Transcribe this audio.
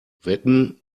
wetten